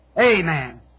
Amen